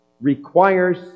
requires